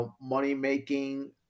money-making